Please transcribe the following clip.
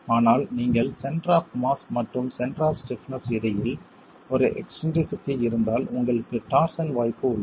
ஆனால் நீங்கள் centre of mass மற்றும் சென்டர் ஆப் ஸ்டிப்னஸ் இடையில் ஒரு எக்ஸ்ன்ட்ரிசிட்டி இருந்தால் உங்களுக்கு டார்சன் வாய்ப்பு உள்ளது